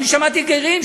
ואני שמעתי גרים,